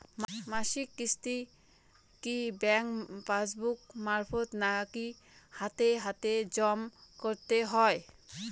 মাসিক কিস্তি কি ব্যাংক পাসবুক মারফত নাকি হাতে হাতেজম করতে হয়?